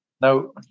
No